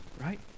right